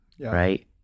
right